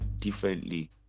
differently